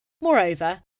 Moreover